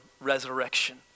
resurrection